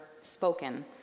spoken